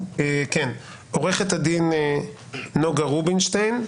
עו"ד נגה רובינשטיין.